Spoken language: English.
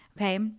Okay